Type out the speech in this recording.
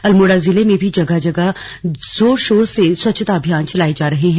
अल्मोड़ा जिले में भी जगह जगह जोर शोर से स्वच्छता अभियान चलाये जा रहे हैं